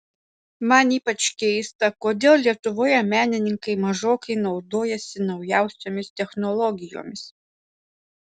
man ypač keista kodėl lietuvoje menininkai mažokai naudojasi naujausiomis technologijomis